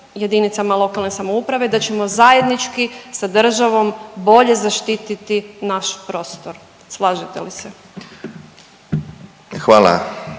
jedinicama lokalne samouprave da ćemo zajednički sa državom bolje zaštititi naš prostor. Slažete li se?